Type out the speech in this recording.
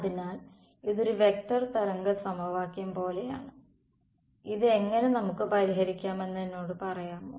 അതിനാൽ ഇത് ഒരു വെക്റ്റർ തരംഗ സമവാക്യം പോലെയാണ് ഇത് എങ്ങനെ നമുക്ക് പരിഹരിക്കാമെന്ന് എന്നോട് പറയാമോ